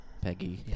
Peggy